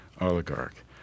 oligarch